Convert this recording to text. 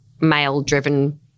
male-driven